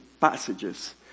passages